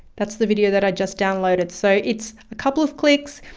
that's the video that i just downloaded. so it's a couple of clicks.